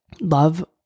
love